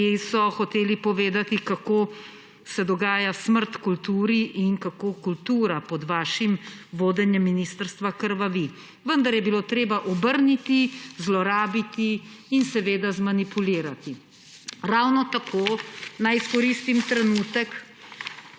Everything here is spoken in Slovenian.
ki so hoteli povedati, kako se dogaja smrt kulturi in kako kultura pod vašim vodenjem ministrstva krvavi. Vendar je bilo treba obrniti, zlorabiti in seveda zmanipulirati. Ravno tako naj izkoristim trenutek,